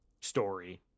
story